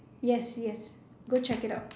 yes yes go check it out